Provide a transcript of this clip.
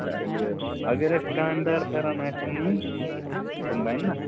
اَچھا یہِ اگر أسۍ کامہِ دار فٮ۪رَن آسہِ انُن تِم بَنہِ نا